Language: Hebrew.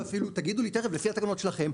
ותכף תגידו לי תכף שלפי התקנות שלנו,